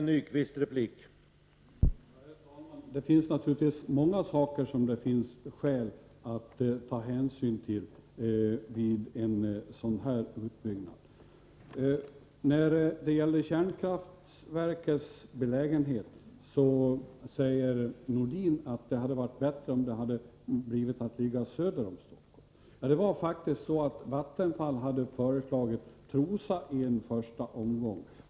Herr talman! Det finns naturligtvis många saker som det är skäl att ta hänsyn till vid en sådan här utbyggnad. När det gäller kärnkraftsverkets belägenhet säger Sven-Erik Nordin att det hade varit bättre om det hade placerats söder om Stockholm. Det är faktiskt så att Vattenfall hade föreslagit Trosa i en första omgång.